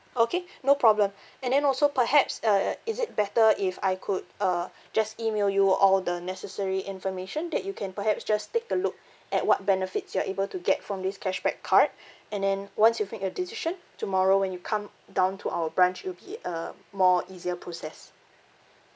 okay no problem and then also perhaps uh uh is it better if I could uh just email you all the necessary information that you can perhaps just take a look at what benefits you are able to get from this cashback card and then once you've make your decision tomorrow when you come down to our branch it'll be a more easier process